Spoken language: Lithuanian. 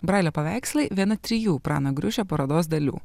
brailio paveikslai viena trijų prano griušio parodos dalių